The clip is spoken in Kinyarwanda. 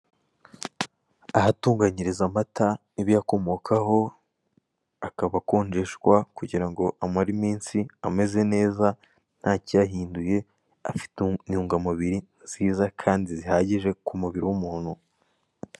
Ahatunganyiriza amata n'ibiyakomokaho, akaba akonjeshwa kugira ngo amare iminsi ameze neza ntacyahinduye, afite intungamubiri nziza kandi zihagije ku mubiri w'umuntu.